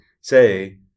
say